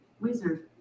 Wizard